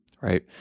right